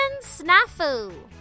Snafu